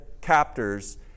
captors